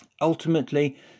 Ultimately